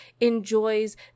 enjoys